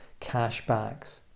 cashbacks